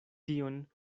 tion